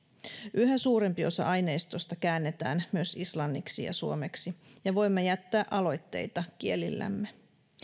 yhä suurempi osa aineistosta käännetään myös islanniksi ja suomeksi ja voimme jättää aloitteita kielillämme